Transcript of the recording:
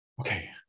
okay